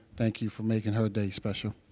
thank you for making her day special.